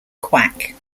quack